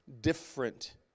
different